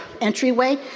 entryway